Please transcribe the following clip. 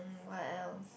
what else